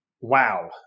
Wow